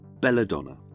Belladonna